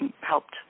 helped